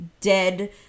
dead